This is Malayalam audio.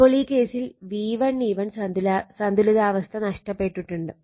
അപ്പോൾ ഈ കേസിൽ V1 E1 സന്തുലിതാവസ്ഥ നഷ്ടപെട്ടിട്ടുണ്ട്